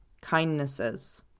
kindnesses